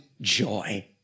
joy